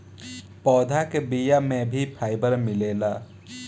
पौधा के बिया में भी फाइबर मिलेला